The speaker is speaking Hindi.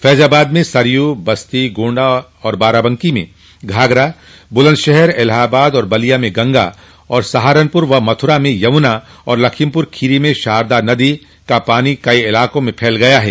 फैजाबाद में सरयू बस्ती गोण्डा और बाराबंकी में घाघरा बुलन्दशहर इलाहाबाद और बलिया में गंगा और सहारनपुर मथुरा में यमुना और लखीमपुर खीरी में शारदा नदी का पानी कई इलाकों में फैल गया है